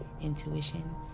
intuition